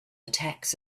attacks